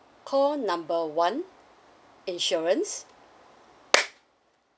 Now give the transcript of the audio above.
call number one insurance